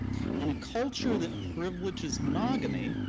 in a culture that privileges monogamy,